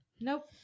Nope